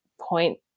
point